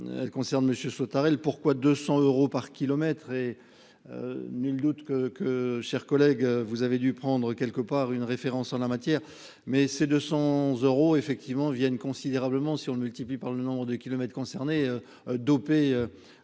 elle concerne Monsieur Sautarel pourquoi 200 euros par kilomètre et nul doute que que, chers collègues, vous avez dû prendre quelque part, une référence en la matière, mais ces deux cents euros effectivement viennent considérablement si on le multiplie par le nombre de kilomètres concernés dopé